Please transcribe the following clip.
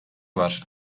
var